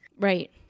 Right